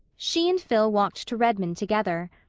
she and phil walked to redmond together.